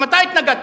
גם אתה התנגדת.